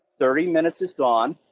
thirty minutes is gone,